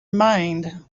mind